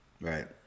Right